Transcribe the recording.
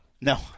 No